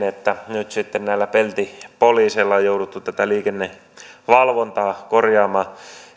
että nyt sitten näillä peltipoliiseilla on jouduttu tätä liikennevalvontaa korjaamaan